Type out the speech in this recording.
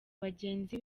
bagenzi